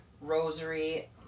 Rosary